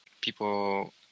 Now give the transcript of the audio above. people